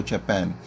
Japan